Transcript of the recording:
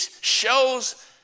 shows